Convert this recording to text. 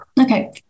okay